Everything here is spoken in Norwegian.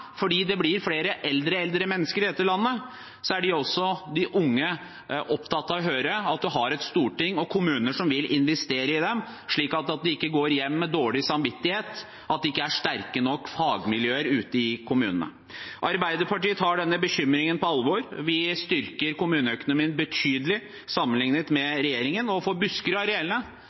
fordi det blir flere eldre-eldre i dette landet, og også de unge er opptatt av å høre at man har et storting og kommuner som vil investere i dem, slik at de ikke går hjem med dårlig samvittighet, og at det ikke er sterke nok fagmiljøer ute i kommunene. Arbeiderpartiet tar denne bekymringen på alvor. Vi styrker kommuneøkonomien betydelig sammenlignet med regjeringen, og for Buskerud